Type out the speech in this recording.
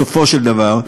בסופו של דבר,